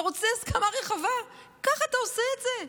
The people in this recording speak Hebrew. אתה רוצה הסכמה רחבה, ככה אתה עושה את זה?